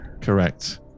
correct